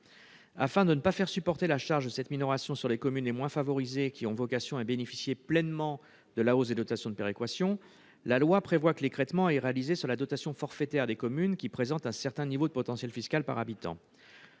Afin de ne pas faire supporter la charge de cette minoration sur les communes les moins favorisées, qui ont vocation à bénéficier pleinement de la hausse des dotations de péréquation, la loi prévoit que l'écrêtement est réalisé sur la dotation forfaitaire des communes qui présentent un certain niveau de potentiel fiscal par habitant.